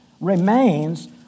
remains